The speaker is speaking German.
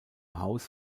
haus